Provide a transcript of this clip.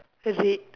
red